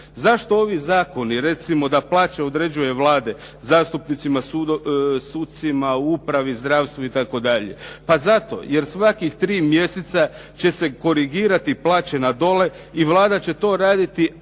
Zašto ovi zakoni, recimo da plaće određuju Vlada, zastupnicima, sucima, u upravi, zdravstvu itd.? Pa zato, jer svaka tri mjeseca će se korigirati plaće na dolje i Vlada će to raditi ubuduće